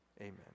Amen